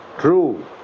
true